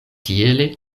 tiele